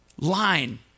line